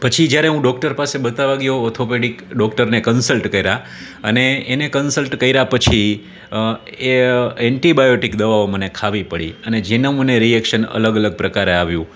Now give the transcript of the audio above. પછી જ્યારે હું ડૉક્ટર પાસે બતાવવાં ગયો ઓર્થોપેડિક ડૉક્ટરને કન્સલ્ટ કર્યા અને એને કન્સલ્ટ કર્યા પછી એ એન્ટિબાયોટિક દવાઓ મને ખાવી પડી અને જેનું મને રિએક્શન અલગ અલગ પ્રકારે આવ્યું